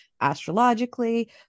astrologically